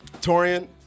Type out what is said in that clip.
Torian